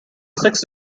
six